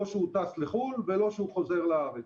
לא כשהוא טס לחו"ל ולא כשהוא חוזר לארץ.